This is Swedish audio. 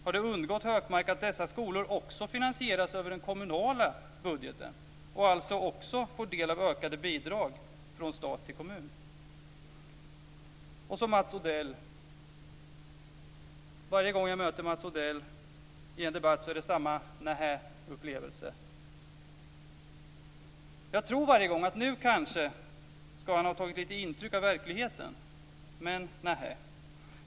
Har det undgått Gunnar Hökmark att dessa skolor också finansieras över den kommunala budgeten och alltså även får del av ökade bidrag från stat till kommun? Varje gång jag möter Mats Odell i en debatt är det samma nähä-upplevelse. Varje gång tror jag att han kanske har tagit lite intryck av verkligheten - men nähä!